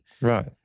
Right